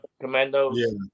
Commandos